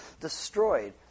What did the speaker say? destroyed